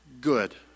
good